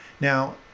Now